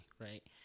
right